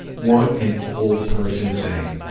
what an old-person saying.